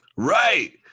Right